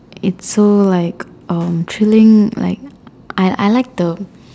its so like um chilling like I I like the